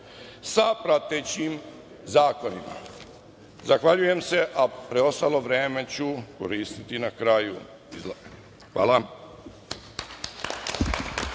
sa pratećim zakonima. Zahvaljujem se, a preostalo vreme ću koristiti na kraju izlaganja. Hvala.